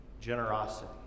Generosity